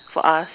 for us